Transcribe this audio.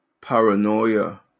paranoia